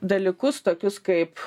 dalykus tokius kaip